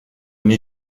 une